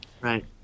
Right